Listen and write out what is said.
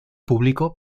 público